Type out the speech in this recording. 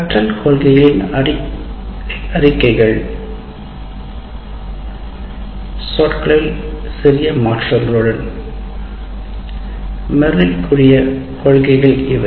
கற்றல் கொள்கைகளின் அறிக்கைகள் சொற்களில் சிறிய மாற்றங்களுடன் மெர்ரில் கூறிய கொள்கைகள் இவை